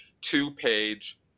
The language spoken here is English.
two-page